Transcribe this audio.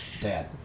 Dad